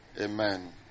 Amen